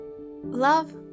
Love